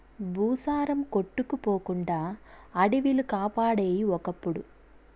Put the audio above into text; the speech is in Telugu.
భూసారం కొట్టుకుపోకుండా అడివిలు కాపాడేయి ఒకప్పుడు